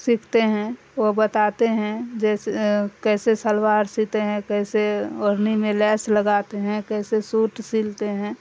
سیکھتے ہیں وہ بتاتے ہیں جیسے کیسے سلوار سیتے ہیں کیسے اوڑھنی میں لیس لگاتے ہیں کیسے سوٹ سیلتے ہیں